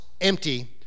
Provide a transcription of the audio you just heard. empty